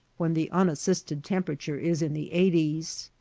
when the unassisted temperature is in the eighties.